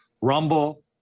rumble